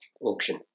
auction